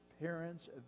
parents